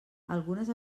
algunes